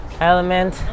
element